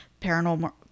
paranormal